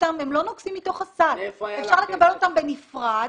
הם לא נוגסים מתוך הסל, אפשר לקבל אותם בנפרד.